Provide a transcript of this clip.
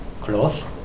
clothes